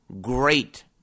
great